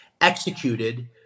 executed